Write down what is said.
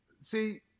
See